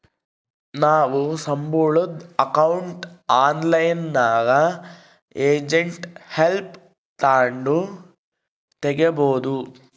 ನಾವು ಸಂಬುಳುದ್ ಅಕೌಂಟ್ನ ಆನ್ಲೈನ್ನಾಗೆ ಏಜೆಂಟ್ ಹೆಲ್ಪ್ ತಾಂಡು ತಗೀಬೋದು